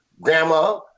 grandma